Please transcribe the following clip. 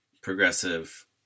progressive